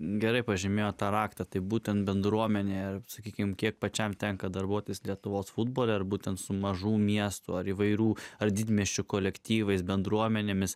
gerai pažymėjo tą raktą tai būtent bendruomenė sakykime kiek pačiam tenka darbuotis lietuvos futbole ar būtent su mažų miestų ar įvairių ar didmiesčių kolektyvais bendruomenėmis